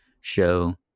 show